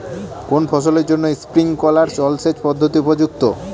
কোন ফসলের জন্য স্প্রিংকলার জলসেচ পদ্ধতি উপযুক্ত?